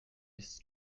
his